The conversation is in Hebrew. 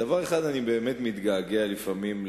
לדבר אחד אני באמת מתגעגע לפעמים,